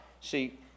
See